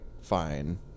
fine